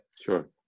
Sure